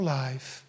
life